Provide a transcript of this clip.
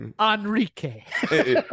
enrique